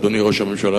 אדוני ראש הממשלה,